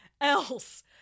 else